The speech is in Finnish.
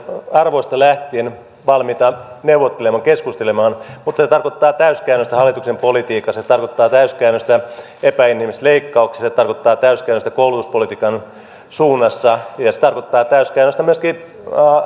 arvoista lähtien valmiita neuvottelemaan keskustelemaan mutta se tarkoittaa täyskäännöstä hallituksen politiikassa se tarkoittaa täyskäännöstä epäinhimillisissä leikkauksissa se tarkoittaa täyskäännöstä koulutuspolitiikan suunnassa ja se tarkoittaa täyskäännöstä myöskin